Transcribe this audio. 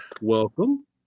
Welcome